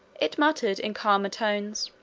it muttered in calmer tones,